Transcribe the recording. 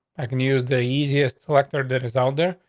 i can use the easiest selector that is out there,